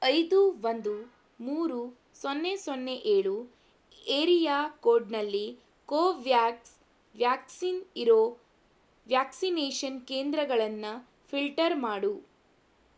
ಐದು ಒಂದು ಮೂರು ಸೊನ್ನೆ ಸೊನ್ನೆ ಏಳು ಏರಿಯಾ ಕೋಡ್ನಲ್ಲಿ ಕೋವ್ಯಾಕ್ಸ್ ವ್ಯಾಕ್ಸಿನ್ ಇರೋ ವ್ಯಾಕ್ಸಿನೇಷನ್ ಕೇಂದ್ರಗಳನ್ನು ಫಿಲ್ಟರ್ ಮಾಡು